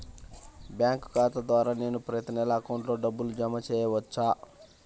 Bank ఖాతా ద్వారా నేను ప్రతి నెల అకౌంట్లో డబ్బులు జమ చేసుకోవచ్చా?